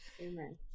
Amen